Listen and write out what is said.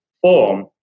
form